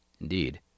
Indeed